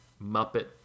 Muppet